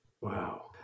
Wow